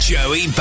Joey